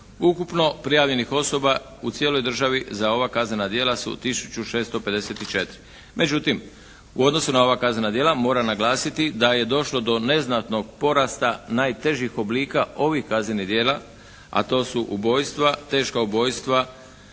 Ukupno prijavljenih osoba u cijeloj državi za ova kaznena djela su tisuću 654. Međutim u odnosu na ova kaznena djela moram naglasiti da je došlo do neznatnog porasta najtežih oblika ovih kaznenih djela, a to su ubojstva, teška ubojstva